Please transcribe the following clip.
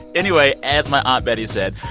anyway, as my aunt betty said,